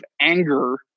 anger